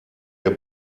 der